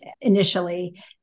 initially